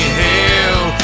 hell